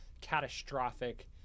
catastrophic